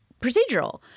procedural